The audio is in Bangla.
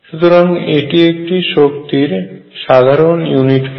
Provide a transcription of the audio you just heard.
সুতরাং এটি একটি শক্তির সাধারণ ইউনিট হয়